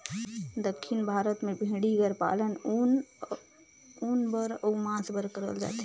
दक्खिन भारत में भेंड़ी कर पालन ऊन बर अउ मांस बर करल जाथे